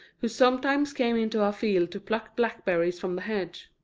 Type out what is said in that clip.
who sometimes came into our field to pluck blackberries from the hedge.